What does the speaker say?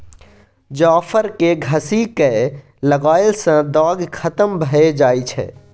जाफर केँ घसि कय लगएला सँ दाग खतम भए जाई छै